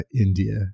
India